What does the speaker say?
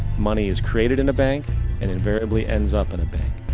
money is created in the bank and invariably ends up in a bank.